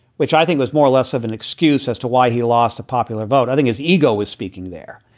which i think was more or less of an excuse as to why he lost the popular vote, i think his ego was speaking there.